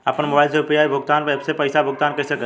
आपन मोबाइल से यू.पी.आई भुगतान ऐपसे पईसा भुगतान कइसे करि?